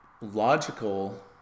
logical